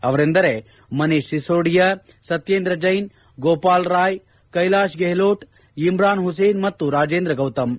ಅವರೆಂದರೆ ಮನೀಷ್ ಸಿಸೋಡಿಯಾ ಸತ್ನೇಂದ್ರ ಜೈನ್ ಗೋಪಾಲ್ ರಾಯ್ ಕೈಲಾಶ್ ಗೆಹ್ಲೋಟ್ ಇಮ್ರಾನ್ ಹುಸೇನ್ ಮತ್ತು ರಾಜೇಂದ್ರಗೌತಮ್